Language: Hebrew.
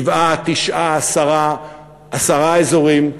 שבעה, תשעה, עשרה אזורים,